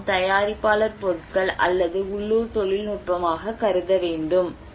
இதை நாம் தயாரிப்பாளர் பொருட்கள் அல்லது உள்ளூர் தொழில்நுட்பமாக கருத வேண்டும்